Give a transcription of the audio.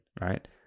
Right